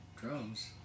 drums